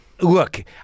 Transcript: look